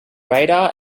radar